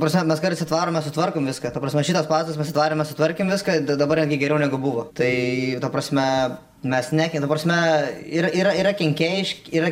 ta prasme mes garsiai atvarom mes sutvarkom viską ta prasme šitas pastatas pasidarėm mes sutvarkėm viską tai dabar netgi geriau negu buvo tai ta prasme mes neki ta prasme ir yra yra kenkėjišk yra